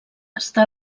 està